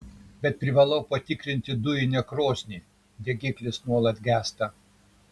bet privalau patikrinti dujinę krosnį degiklis nuolat gęsta